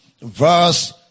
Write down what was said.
verse